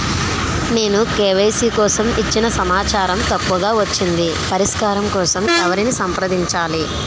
నేను కే.వై.సీ కోసం ఇచ్చిన సమాచారం తప్పుగా వచ్చింది పరిష్కారం కోసం ఎవరిని సంప్రదించాలి?